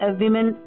women